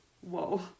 Whoa